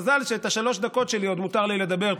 מזל שאת שלוש הדקות שלי עוד מותר לי לדבר.